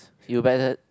you better